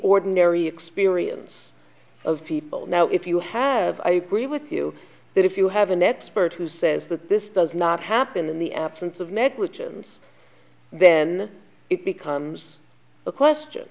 ordinary experience of people now if you have i agree with you that if you have an expert who says that this does not happen in the absence of negligence then it becomes a question